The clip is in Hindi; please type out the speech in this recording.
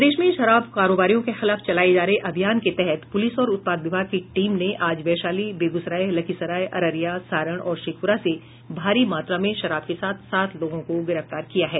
प्रदेश में शराब कारोबारियों के खिलाफ चलाए जा रहे अभियान के तहत प्रलिस और उत्पाद विभाग की टीम ने आज वैशाली बेगूसराय लखीसराय अररिया सारण और शेखपुरा से भारी मात्रा में शराब के साथ सात लोगों को गिरफ्तार किया है